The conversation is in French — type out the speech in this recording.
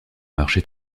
marché